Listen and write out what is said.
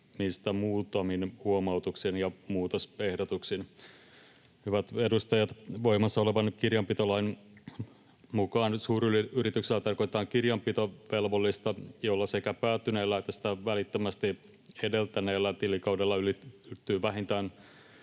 muutamin huomautuksin ja muutosehdotuksin. Hyvät edustajat! Voimassa olevan kirjanpitolain mukaan suuryrityksellä tarkoitetaan kirjanpitovelvollista, jolla sekä päättyneellä että sitä välittömästi edeltäneellä tilikaudella ylittyy vähintään